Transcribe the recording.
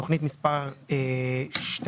תוכנית מספר 29-01-01: